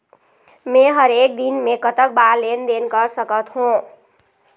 मे हर एक दिन मे कतक बार लेन देन कर सकत हों?